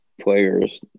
players